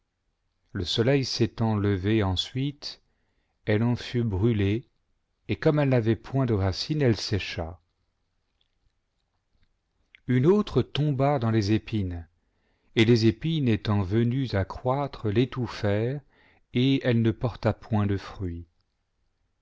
le soleil s'étant levé ensuite elle en fut brûlée et comme elle n'avait point de racine elle sécha une autre tomba dans les épines et les épines étant venues accroître l'étouffer et elle ne porta point de fruit